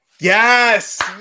Yes